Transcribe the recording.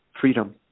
freedom